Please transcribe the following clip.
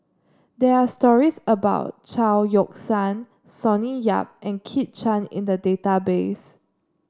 there are stories about Chao Yoke San Sonny Yap and Kit Chan in the database